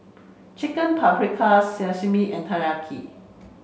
Chicken Paprikas Sashimi and Teriyaki